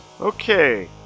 Okay